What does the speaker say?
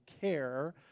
care